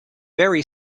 very